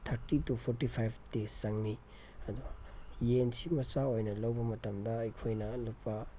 thirty two forty five days ꯆꯪꯅꯤ ꯑꯗꯣ ꯌꯦꯟꯁꯤ ꯃꯆꯥ ꯑꯣꯏꯅ ꯂꯧꯕ ꯃꯇꯝꯗ ꯑꯩꯈꯣꯏꯅ ꯂꯨꯄꯥ